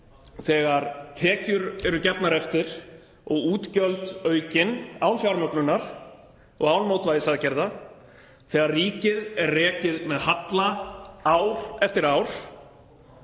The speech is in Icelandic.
þegar tekjur eru gefnar eftir og útgjöld aukin án fjármögnunar og án mótvægisaðgerða, þegar ríkið er rekið með halla ár eftir ár.